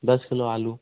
दस किलो आलू